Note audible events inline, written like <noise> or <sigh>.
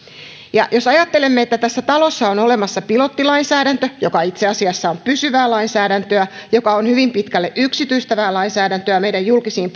ja jos ajattelemme että tässä talossa on olemassa pilottilainsäädäntö joka itse asiassa on pysyvää lainsäädäntöä joka on hyvin pitkälle yksityistävää lainsäädäntöä meidän julkisiin <unintelligible>